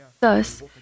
Thus